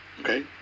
Okay